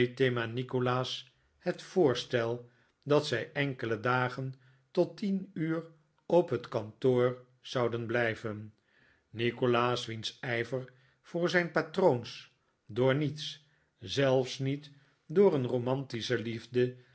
nikolaas het voorstel dat zij enkele dagen tot tien uur op het kantoor zouden blijven nikolaas wiens ijver voor zijn patroons door niets zelfs niet door een romantische liefde